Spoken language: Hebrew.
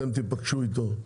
אתם תיפגשו איתו.